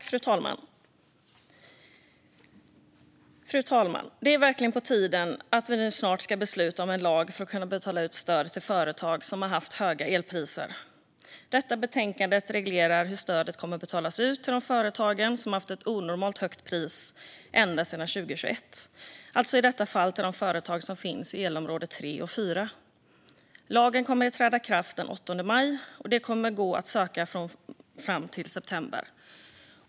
Fru talman! Det är verkligen på tiden att vi nu snart ska besluta om en lag för att kunna betala ut stöd till företag som haft höga elpriser. Detta betänkande reglerar hur stödet kommer att betalas ut till de företag som har haft onormalt höga elpriser ända sedan 2021, det vill säga i detta fall till de företag som finns i elområde 3 och 4. Lagen kommer att träda i kraft den 8 maj, och stödet kommer att gå att söka fram till september.